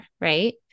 Right